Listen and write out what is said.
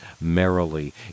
merrily